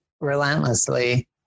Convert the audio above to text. relentlessly